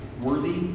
worthy